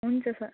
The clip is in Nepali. हुन्छ सर